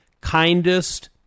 kindest